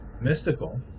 mystical